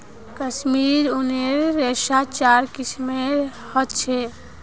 कश्मीरी ऊनेर रेशा चार किस्मेर ह छे